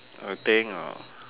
I think uh